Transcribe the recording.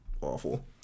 awful